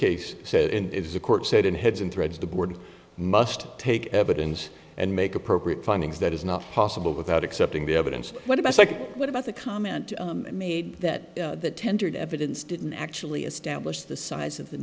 case said in the court said in heads in threads the board must take evidence and make appropriate findings that is not possible without accepting the evidence what about what about the comment made that the tendered evidence didn't actually establish the size of the